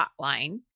hotline